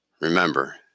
Remember